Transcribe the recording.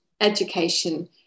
education